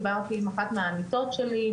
דיברתי עם אחת מהעמיתות שלי,